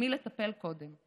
במי לטפל קודם.